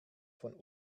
von